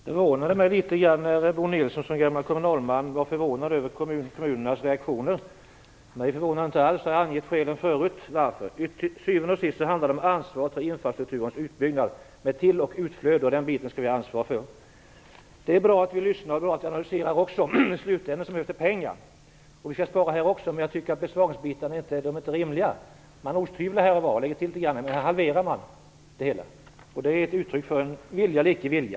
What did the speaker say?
Fru talman! Det överraskade mig litet grand när Bo Nilsson som gammal kommunalman var förvånad över kommunernas reaktioner. Mig förvånade de inte alls, och jag har tidigare angivit skälen för det. Det handlar till syvende och sist om att ta ansvar för infrastrukturens utbyggnad, med till och utflöde. Det är bra att ni lyssnar och analyserar, men i slutänden handlar det om pengar. Vi skall spara också i detta avseende, men jag tycker att besparingsbetingen inte är rimliga. Man går fram med osthyveln här och var, men här halverar man anslagen, och det är inte ett uttryck för en god vilja.